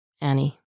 Annie